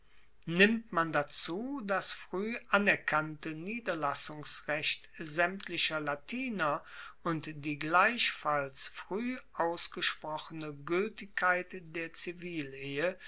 nimmt man dazu das frueh anerkannte niederlassungsrecht saemtlicher latiner und die gleichfalls frueh ausgesprochene gueltigkeit der zivilehe